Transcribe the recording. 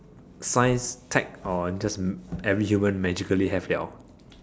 science tech or just every human magically have [liao]